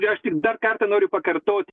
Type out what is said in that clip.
aš tik dar kartą noriu pakartot